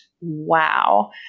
wow